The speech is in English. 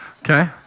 Okay